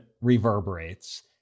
reverberates